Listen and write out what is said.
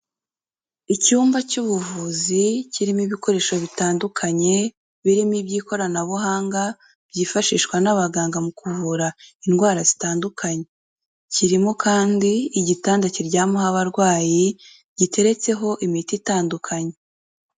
Icyumba cy'ubuvuzi kirimo ibikoresho bitandukanye, birimo iby'ikoranabuhanga byifashishwa n'abaganga mu kuvura indwara zitandukanye, kirimo kandi igitanda kiryamaho abarwayi, giteretseho imiti itandukanye.